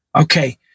Okay